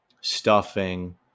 stuffing